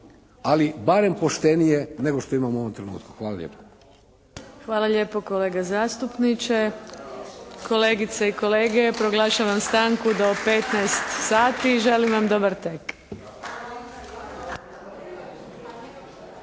ali barem poštenije nego što imamo u ovom trenutku. Hvala lijepa. **Adlešič, Đurđa (HSLS)** Hvala lijepo kolega zastupniče. Kolegice i kolege proglašavam stanku do 15 sati. Želim vam dobar tek! **Šeks,